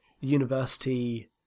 university